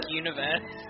universe